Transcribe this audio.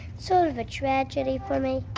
sort of a tragedy for me.